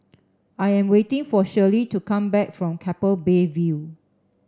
I am waiting for Shirley to come back from Keppel Bay View